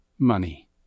Money